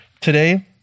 today